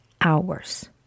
hours